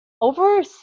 over